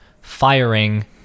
firing